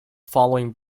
following